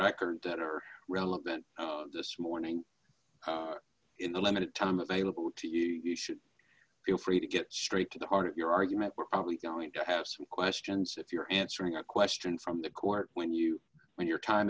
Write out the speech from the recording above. record that are relevant this morning in the limited time available to you should feel free to get straight to the heart of your argument we're probably going to ask questions if you're answering a question from the court when you when your time